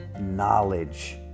knowledge